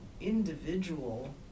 individual